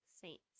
Saints